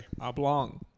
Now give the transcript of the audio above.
Oblong